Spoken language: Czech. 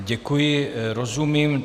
Děkuji, rozumím.